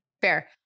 Fair